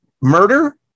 murder